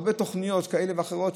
הרבה תוכניות כאלה ואחרות,